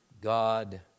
God